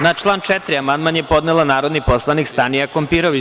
Na član 4. amandman je podnela narodni poslanik Stanija Kompirović.